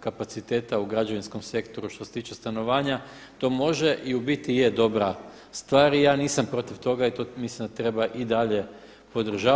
kapaciteta u građevinskom sektoru što se tiče stanovanja to može i u biti je dobra stvar i ja nisam protiv toga i mislima da treba i dalje podržavati.